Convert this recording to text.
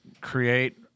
Create